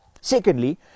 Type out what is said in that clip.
Secondly